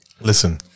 listen